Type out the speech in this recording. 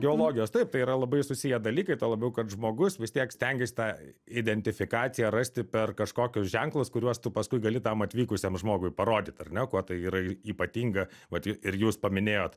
geologijos taip tai yra labai susiję dalykai tuo labiau kad žmogus vis tiek stengiasi tą identifikaciją rasti per kažkokius ženklus kuriuos tu paskui gali tam atvykusiam žmogui parodyt ar ne kuo tai yra y ypatinga vat ir jūs paminėjote